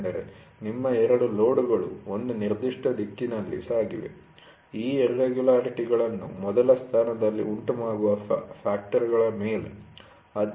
ಏಕೆಂದರೆ ನಿಮ್ಮ 2 ಲೋಡ್ಗಳು ಒಂದು ನಿರ್ದಿಷ್ಟ ದಿಕ್ಕಿನಲ್ಲಿ ಸಾಗಿವೆ ಈ ಇರ್ರೆಗುಲರಿಟಿ'ಗಳನ್ನು ಮೊದಲ ಸ್ಥಾನದಲ್ಲಿ ಉಂಟುಮಾಡುವ ಫ್ಯಾಕ್ಟರ್ ಮೇಲೆ